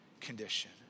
condition